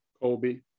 Colby